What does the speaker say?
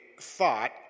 thought